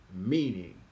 meaning